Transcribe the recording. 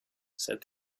said